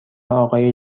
آقای